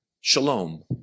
Shalom